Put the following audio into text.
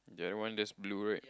that one just blue right